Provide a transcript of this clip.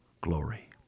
glory